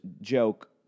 joke